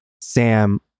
Sam